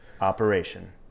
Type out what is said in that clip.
operation